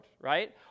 right